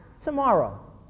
tomorrow